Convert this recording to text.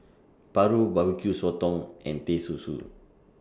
Paru Barbecue Sotong and Teh Susu